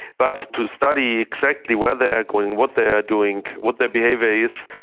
but to study exactly where they are going, what they are doing, what their behaviour is,